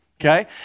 Okay